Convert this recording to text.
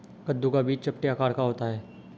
कद्दू का बीज चपटे आकार का होता है